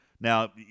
Now